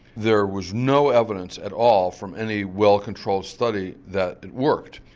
there was no evidence at all from any well controlled study that it worked.